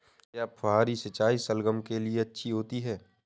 क्या फुहारी सिंचाई शलगम के लिए अच्छी होती है?